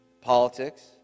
politics